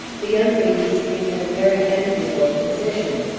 the young ladies think it a very enviable position.